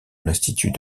l’institut